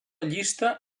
llista